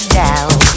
down